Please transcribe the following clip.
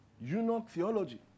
you-know-theology